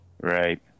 Right